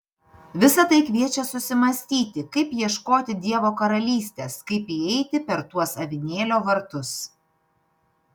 visa tai kviečia susimąstyti kaip ieškoti dievo karalystės kaip įeiti per tuos avinėlio vartus